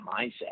mindset